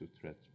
threats